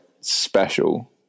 special